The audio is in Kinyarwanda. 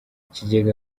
ikigega